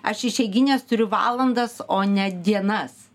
aš išeigines turiu valandas o ne dienas